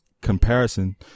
comparison